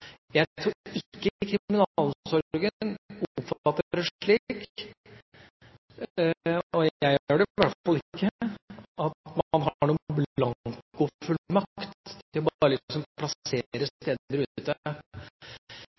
Jeg tror ikke kriminalomsorgen oppfatter det slik – jeg gjør det i alle fall ikke – at man har noen blankofullmakt til å plassere folk på steder ute. Jeg kan bare si at måten jeg som statsråd kan